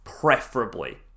preferably